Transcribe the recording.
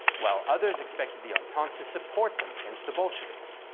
while others expected the entente to support them against the bolsheviks.